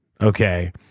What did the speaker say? okay